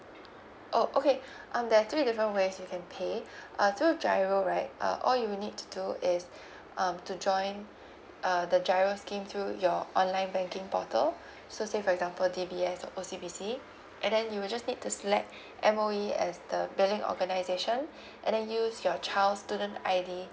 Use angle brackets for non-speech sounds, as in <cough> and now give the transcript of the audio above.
oh okay <breath> um there're three different ways you can pay <breath> uh through giro right uh all you'll need to do is <breath> um to join <breath> uh the giro scheme through your online banking portal <breath> so say for example D_B_S or O_C_B_C and then you will just need to select <breath> M_O_E as the billing organisation <breath> and then use your child's student I_D